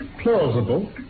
Plausible